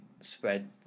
spread